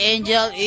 Angel